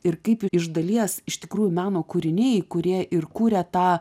ir kaip iš dalies iš tikrųjų meno kūriniai kurie ir kūrė tą